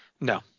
No